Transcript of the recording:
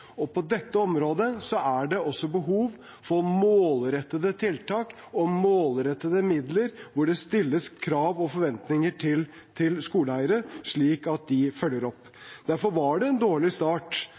På dette området er det også behov for målrettede tiltak og målrettede midler hvor det stilles krav og forventninger til skoleeiere, slik at de følger opp.